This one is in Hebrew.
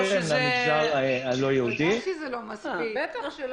בטח שלא מספיק.